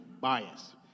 bias